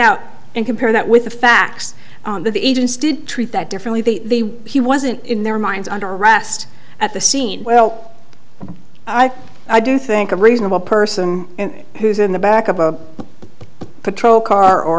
out and compare that with the facts that the agents did treat that differently the he wasn't in their minds under arrest at the scene well i i do think a reasonable person who's in the back of a patrol car or